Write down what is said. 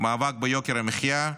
חשוב המאבק ביוקר המחיה,